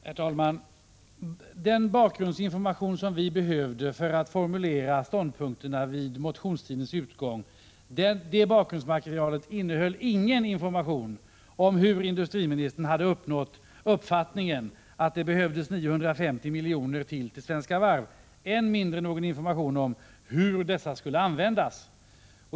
Herr talman! Den bakgrundsinformation som vi behövde för att formulera ståndpunkterna vid motionstidens utgång innehöll ingen information om hur industriministern hade nått uppfattningen att det behövdes 950 milj.kr. ytterligare till Svenska Varv, än mindre någon information om hur dessa pengar skulle användas.